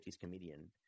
comedian